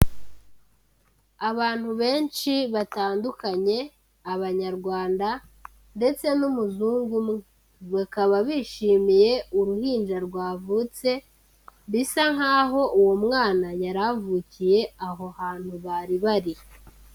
Abantu benshi batandukanye, Abanyarwanda ndetse n'umuzungu, bakaba bishimiye uruhinja rwavutse, bisa nk'aho uwo mwana yari avukiye aho hantu bari bari.